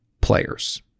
players